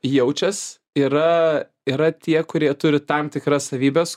jaučias yra yra tie kurie turi tam tikras savybes